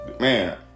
Man